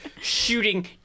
shooting